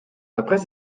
après